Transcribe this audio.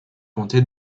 comté